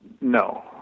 No